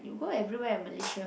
we go everywhere in Malaysia